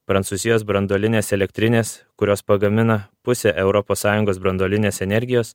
prancūzijos branduolinės elektrinės kurios pagamina pusę europos sąjungos branduolinės energijos